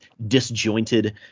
disjointed